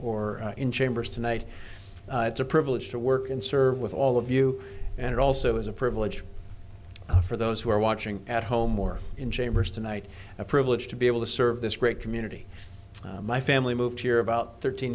or in chambers tonight it's a privilege to work and serve with all of you and it also is a privilege for those who are watching at home or in chambers tonight a privilege to be able to serve this great community my family moved here about thirteen